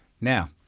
Now